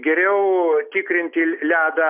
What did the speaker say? geriau tikrinti ledą